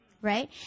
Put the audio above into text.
right